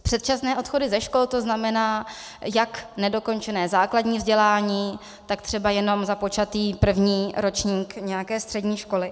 Předčasné odchody ze škol, to znamená jak nedokončené základní vzdělání, tak třeba jenom započatý první ročník nějaké střední školy.